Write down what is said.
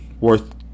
worth